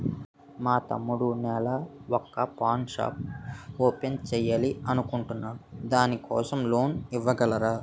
మా తమ్ముడు నెల వొక పాన్ షాప్ ఓపెన్ చేయాలి అనుకుంటునాడు దాని కోసం లోన్ ఇవగలరా?